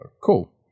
cool